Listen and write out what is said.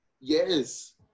Yes